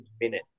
minute